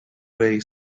way